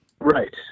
right